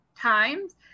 times